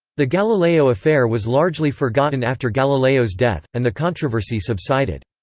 the galileo affair was largely forgotten after galileo's death, and the controversy subsided.